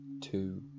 two